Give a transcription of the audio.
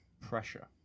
pressure